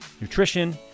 nutrition